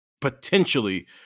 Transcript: potentially